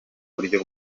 buryo